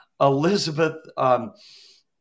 Elizabeth